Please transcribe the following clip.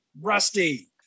Rusty